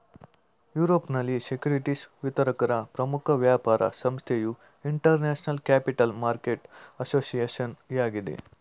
ಯುರೋಪ್ನಲ್ಲಿ ಸೆಕ್ಯೂರಿಟಿಸ್ ವಿತರಕರ ಪ್ರಮುಖ ವ್ಯಾಪಾರ ಸಂಸ್ಥೆಯು ಇಂಟರ್ನ್ಯಾಷನಲ್ ಕ್ಯಾಪಿಟಲ್ ಮಾರ್ಕೆಟ್ ಅಸೋಸಿಯೇಷನ್ ಆಗಿದೆ